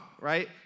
right